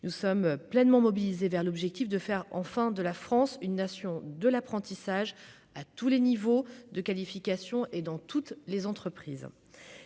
nous sommes pleinement mobilisés vers l'objectif de faire en fin de la France une nation de l'apprentissage à tous les niveaux de qualification et dans toutes les entreprises,